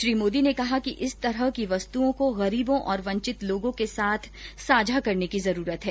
श्री मोदी ने कहा कि इस तरह की वस्तुओं को गरीबों और वंचित लोगों के साथ साझा करने की जरूरत है